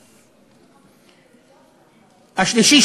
השלישי,